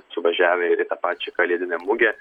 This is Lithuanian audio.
suvažiavę ir į tą pačią kalėdinę mugę